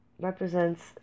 represents